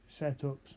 setups